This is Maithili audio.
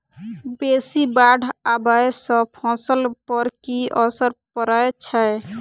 बेसी बाढ़ आबै सँ फसल पर की असर परै छै?